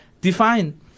define